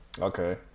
Okay